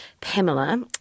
Pamela